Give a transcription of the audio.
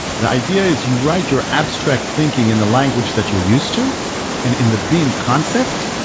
the idea is you write your abstract thinking in the language that you're used to and in the beam concept.